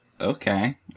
Okay